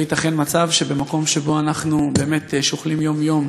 לא ייתכן מצב שבמקום שבו אנחנו שוכלים יום-יום